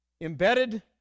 embedded